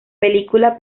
película